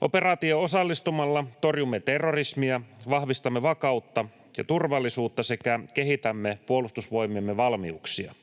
Operaatioon osallistumalla torjumme terrorismia, vahvistamme vakautta ja turvallisuutta sekä kehitämme Puolustusvoimiemme valmiuksia.